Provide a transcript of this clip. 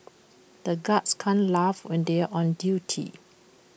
the guards can't laugh when they are on duty